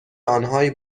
آنهایی